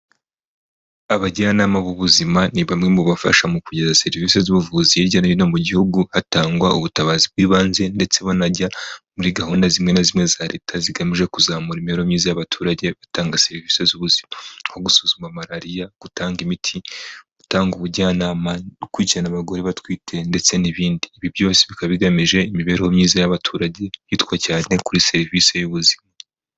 Abajyanama b'ubuzima ni bamwe mubafasha mu kugeza serivisi z'ubuvuzi hirya no hino mu gihugu hatangwa ubutabazi bw'ibanze ndetse banajya muri gahunda zimwe na zimwe za Leta zigamije kuzamura imibereho myiza y'abaturage, batanga serivisi z'ubuzima nko gusuzuma malariya, gutanga imiti, gutanga ubujyanama no gukurikirana abagore batwite, ndetse n'ibindi. Ibi byose bikaba bigamije imibereho myiza y'abaturage hitwa cyane kuri serivisi y'ubuzima.